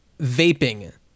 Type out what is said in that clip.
vaping